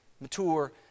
mature